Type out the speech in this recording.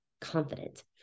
confident